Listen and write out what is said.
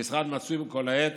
המשרד מצוי כל העת